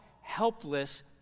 helpless